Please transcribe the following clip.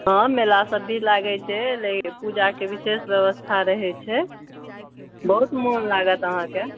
हँ मेला सब भी लागै छै लेकिन पूजाके विशेष ब्यवस्था रहै छै बहुत मोन लागत अहाँकेॅं